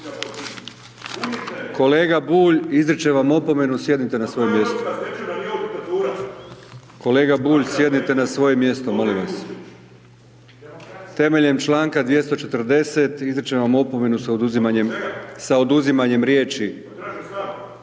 Bulj, ne razumije se ./... Kolega Bulj, sjednite na svoje mjesto, molim vas. Temeljem članka 240. izričem vam opomenu sa oduzimanjem riječi.